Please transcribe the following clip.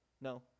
No